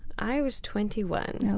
i was twenty one.